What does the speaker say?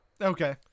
Okay